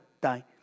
die